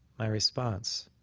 my response.